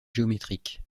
géométrique